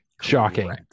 Shocking